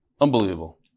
Unbelievable